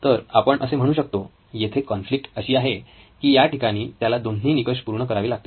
तर आपण असे म्हणू शकतो येथे कॉन्फ्लिक्ट अशी आहे की याठिकाणी त्याला दोन्ही निकष पूर्ण करावे लागतील